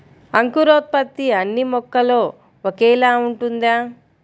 అంకురోత్పత్తి అన్నీ మొక్కలో ఒకేలా ఉంటుందా?